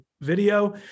video